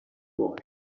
boy